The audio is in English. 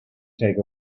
take